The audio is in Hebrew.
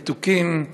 המתוקים,